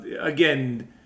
Again